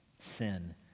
sin